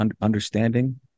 understanding